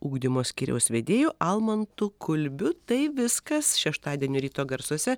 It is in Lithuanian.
ugdymo skyriaus vedėju almantu kulbiu tai viskas šeštadienio ryto garsuose